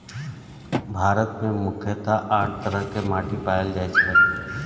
भारत मे मुख्यतः आठ तरह के माटि पाएल जाए छै